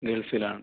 ഗൾഫിലാണ്